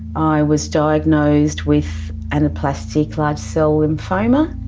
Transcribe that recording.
i was diagnosed with anaplastic large cell lymphoma,